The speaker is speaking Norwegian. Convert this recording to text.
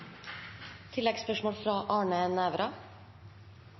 Arne Nævra